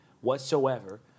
whatsoever